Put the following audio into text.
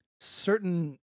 certain